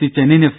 C Chennaiyin F